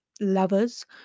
lovers